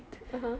(uh huh)